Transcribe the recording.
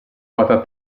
quota